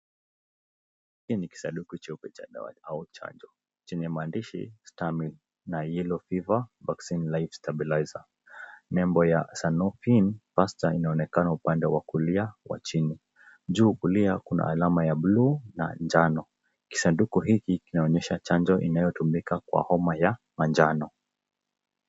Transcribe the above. Hii ni kisanduku cheupe cha dawa au chanjo chenye maandishi Stamaril na yellow fever vaccine life stabilizer nembo ya sanofim pasteur inaonekana upande wa kulia wa chini, juu kulia kuna alama ya buluu na njano, kisanduku hiki inaonyesha chanjo inayotumika kwa homa ya manjano.